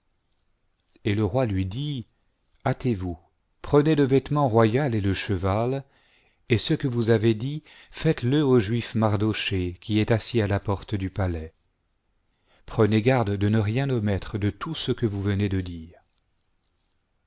et le roi lui dit hâtez-vous prenez le vêtement royal et le cheval et ce que vous avez dit faites-le au juif mardochée qui est assis à la porte du palais prenez garde de ne rien omettie de tout ce que vous venez de dire